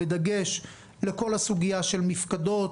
בדגש על כל הסוגיה של מפקדות,